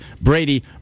Brady